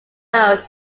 below